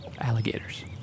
alligators